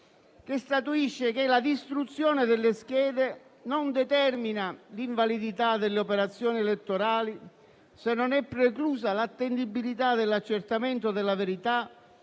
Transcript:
che statuisce che "la distruzione delle schede non determina l'invalidità delle operazioni elettorali se non è preclusa l'attendibilità dell'accertamento della verità